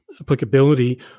applicability